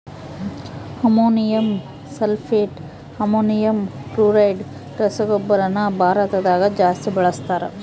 ammonium sulphate, ammonium chloride ರಸಗೊಬ್ಬರನ ಭಾರತದಗ ಜಾಸ್ತಿ ಬಳಸ್ತಾರ